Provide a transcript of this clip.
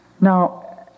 Now